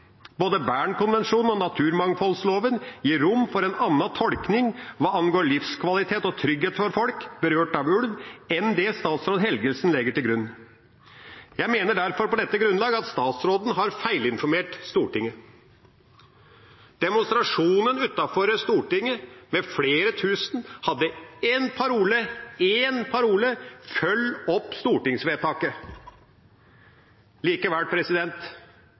berørt av ulv, enn det statsråd Helgesen legger til grunn. Jeg mener derfor på dette grunnlag at statsråden har feilinformert Stortinget. Demonstrasjonen utenfor Stortinget med flere tusen hadde én parole: Følg opp stortingsvedtaket. Likevel